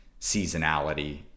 seasonality